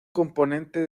componente